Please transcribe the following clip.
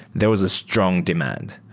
there was a strong demand,